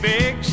Big